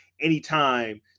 anytime